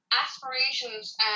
aspirations